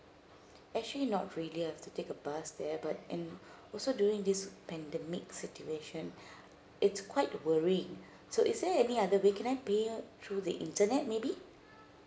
actually not I have to take a bus there but and also doing this pandemic situation it's quite worrying so is there any other way can I pay out through the internet maybe